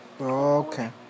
Okay